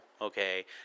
okay